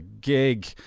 gig